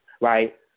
right